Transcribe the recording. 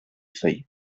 feuilles